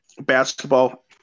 basketball